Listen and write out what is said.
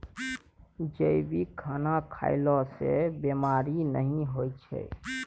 जैविक खाना खएला सँ बेमारी नहि होइ छै